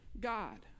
God